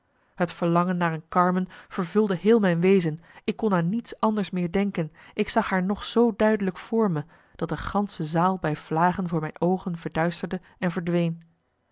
het verlangen naar een carmen vervulde heel mijn wezen ik kon aan niets anders meer denken ik zag marcellus emants een nagelaten bekentenis haar nog z duidelijk voor me dat de gansche zaal bij vlagen voor mijn oogen verduisterde en verdween